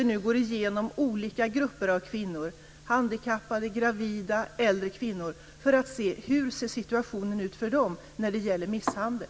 Vi går nu igenom olika grupper av kvinnor, handikappade, gravida, äldre kvinnor för att se hur situationen ser ut för dem när det gäller misshandel.